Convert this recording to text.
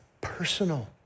personal